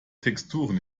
texturen